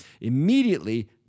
Immediately